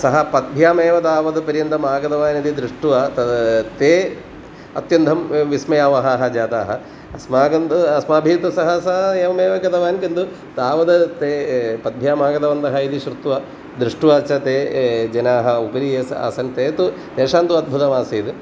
सः पद्भ्यामेव तावद् पर्यन्तम् आगतवान् इति दृष्ट्वा तद् ते अत्यन्तं विस्मयावहाः जाताः अस्माकं तु अस्माभिः तु सः स एवमेव गतवान् किन्तु तावद् ते पद्भ्याम् आगतवन्तः इति श्रुत्वा दृष्ट्वा च ते जनाः उपरि ये आसन् ते तु तेषां तु अद्भुतमासीत्